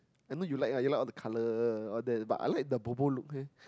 I know you like ah you like all the colour all that lah but I like the bobo look can